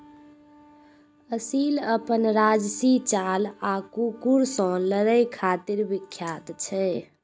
असील अपन राजशी चाल आ कुकुर सं लड़ै खातिर विख्यात छै